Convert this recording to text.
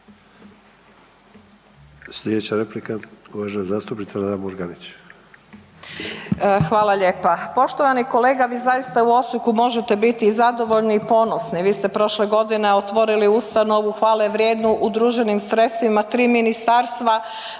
Slijedeća replika uvažena zastupnica Nada Murganić. **Murganić, Nada (HDZ)** Hvala lijepa. Poštovani kolega, vi zaista u Osijeku možete biti zadovoljni i ponosni. Vi ste prošle godine otvorili ustanovu hvale vrijednu udruženim sredstvima 3 ministarstva